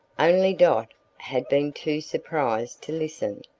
only dot had been too surprised to listen.